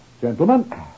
gentlemen